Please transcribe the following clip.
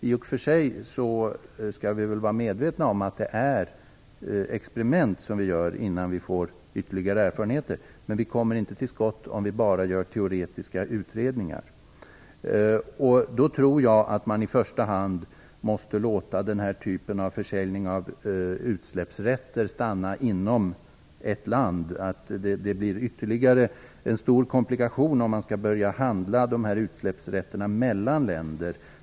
I och för sig skall vi vara medvetna om att det är experiment som vi gör innan vi får ytterligare erfarenheter. Men vi kommer inte till skott om vi bara gör teoretiska utredningar. Jag tror att man i första hand måste låta den här typen av försäljning av utsläppsrätter stanna inom ett land. Det blir ytterligare en stor komplikation om man skall börja handla med de här utsläppsrätterna mellan länder.